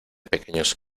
pequeños